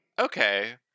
Okay